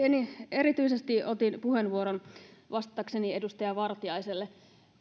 erityisesti otin puheenvuoron vastatakseni edustaja vartiaiselle